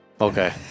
Okay